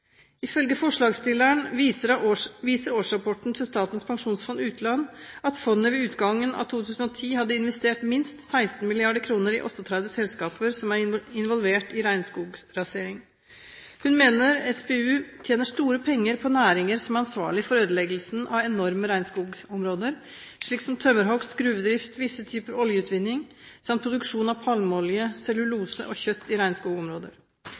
Ifølge forslagsstilleren viser årsrapporten til Statens pensjonsfond utland at fondet ved utgangen av 2010 hadde investert minst 16 mrd. kr i 38 selskaper som er involvert i regnskograsering. Hun mener SPU tjener store penger på næringer som er ansvarlige for ødeleggelsen av enorme regnskogområder, slik som tømmerhogst, gruvedrift, visse typer oljeutvinning samt produksjon av palmeolje, cellulose og kjøtt i